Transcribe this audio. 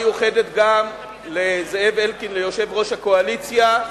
תודה מיוחדת גם לזאב אלקין, יושב-ראש הקואליציה.